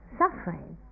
suffering